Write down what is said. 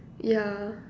yeah